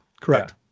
correct